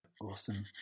Awesome